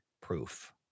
proof